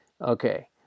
Okay